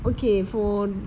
okay for